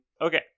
okay